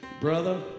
brother